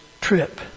trip